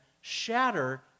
shatter